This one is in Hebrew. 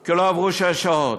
כי לא עברו שש שעות.